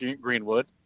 Greenwood